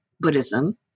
Buddhism